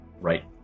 right